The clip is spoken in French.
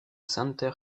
center